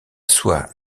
soie